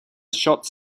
shots